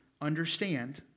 understand